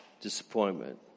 Disappointment